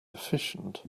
efficient